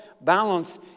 balance